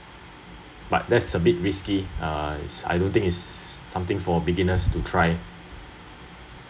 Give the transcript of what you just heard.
but that’s a bit risky uh I don’t think is something for beginners to try